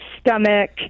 stomach